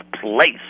place